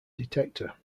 detector